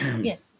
Yes